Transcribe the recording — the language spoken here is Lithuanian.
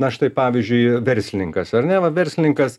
na štai pavyzdžiui verslininkas ar ne va verslininkas